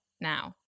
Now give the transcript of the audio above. now